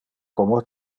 como